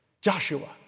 Joshua